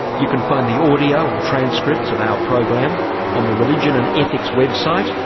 you can find the audio and transcripts of our program on the religion and ethics website,